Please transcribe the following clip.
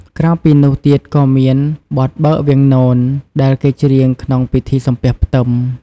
ក្រៅពីនោះទៀតក៏មាន បទបើកវាំងនន ដែលគេច្រៀងក្នុងពិធីសំពះផ្ទឹម។